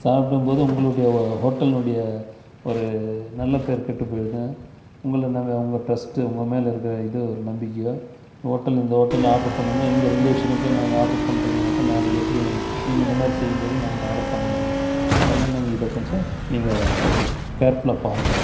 சாப்பிடும் போது உங்களுடைய ஹோட்டலினுடைய ஒரு நல்ல பேர் கெட்டுப் போய்விடும் உங்களை நாங்கள் உங்கள் டிரஸ்ட்டு உங்கள் மேலே இருக்கிற இது ஒரு நம்பிக்கையோ ஹோட்டலு இந்த ஹோட்டலில் ஆர்டர் பண்ணிணோம்னா எங்கள் ரிலேஷனுக்கே நாங்கள் ஆட்ரு பண்ணுறதுனாக்கா நாளைக்கு எப்படி நீங்கள் இந்தமாதிரி செய்யும் போது நாங்கள் ஆட்ரு பண்ண முடியும் அதனால் நாங்கள் இதை கொஞ்சம் நீங்கள் வெரி கேர்ஃபுல்லாக பாருங்கள்